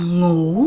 ngủ